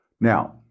Now